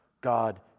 God